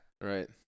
Right